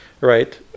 Right